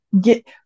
get